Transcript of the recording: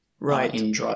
Right